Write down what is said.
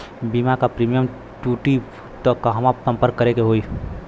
बीमा क प्रीमियम टूटी त कहवा सम्पर्क करें के होई?